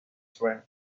friend